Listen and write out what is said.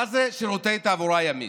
מה זה שירותי תעבורה ימית?